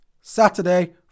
Saturday